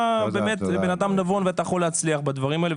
אתה באמת בן אדם נבון ואתה יכול להצליח בדברים האלה.